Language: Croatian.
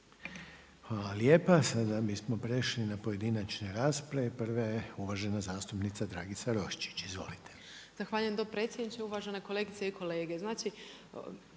Hvala lijepa. Sada bismo prešli na pojedinačne rasprave. Prva je uvažena zastupnica Dragica Roščić. Izvolite. **Vranješ, Dragica (HDZ)** Zahvaljujem dopredsjedniče, uvažene kolegice i kolege.